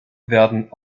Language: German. werden